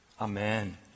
Amen